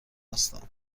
هستم